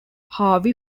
harvey